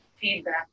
Feedback